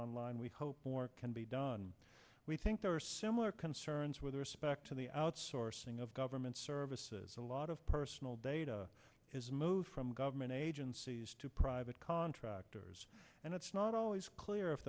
online we hope more can be done we think there are similar concerns with respect to the outsourcing of government services a lot of personal data is moved from government agencies to private contractors and it's not always clear